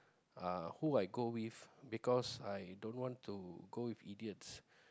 uh who I go with because I don't want to go with idiots